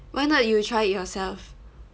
why not you try it yourself